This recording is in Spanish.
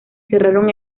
cerraron